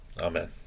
Amen